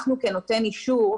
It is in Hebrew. אנחנו כנותן אישור,